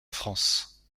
france